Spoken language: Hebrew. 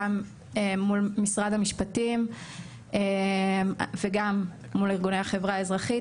מול משרד המשפטים וגם מול ארגוני החברה האזרחית.